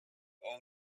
old